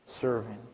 serving